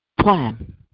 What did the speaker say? plan